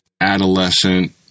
adolescent